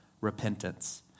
repentance